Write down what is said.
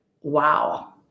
wow